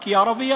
כי היא ערבייה.